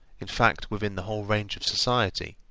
in fact within the whole range of society,